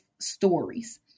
stories